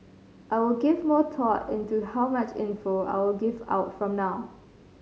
I will give more thought into how much info I will give out from now